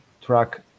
track